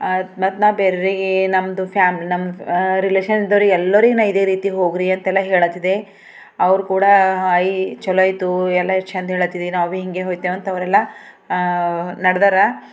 ಮತ್ತೆ ನಾ ಬೇರ್ರೀಗೀ ನಮ್ದು ಫ್ಯಾಮ್ಲಿ ನಮ್ಮ ರಿಲೇಶನ್ದೋರಿಗೆ ಎಲ್ಲರಿಗೂ ನಾನು ಇದೇ ರೀತಿ ಹೋಗ್ರಿ ಅಂತ ಎಲ್ಲ ಹೇಳುತ್ತಿದ್ದೆ ಅವರು ಕೂಡ ಆಯಿ ಚಲೋ ಆಯ್ತು ಎಲ್ಲ ಎಷ್ಟು ಚೆಂದ ಹೇಳುತ್ತಿದ್ದೆ ನಾವು ಹಿಂಗೆ ಹೋಗ್ತೇವೆ ಅಂತ ಅವರೆಲ್ಲ ನಡ್ದಾರ